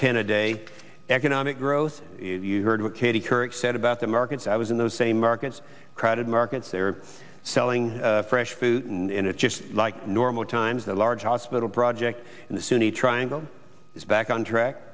ten a day economic growth you heard what katie couric said about the markets i was in those same markets crowded markets they were selling fresh food and it's just like normal times the large hospital project in the sunni triangle is back on track